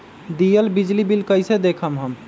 दियल बिजली बिल कइसे देखम हम?